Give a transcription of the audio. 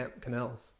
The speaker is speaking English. canals